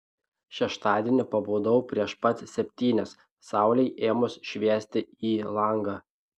šeštadienį pabudau prieš pat septynias saulei ėmus šviesti į langą